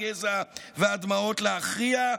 הגזע והדמעות להכריע,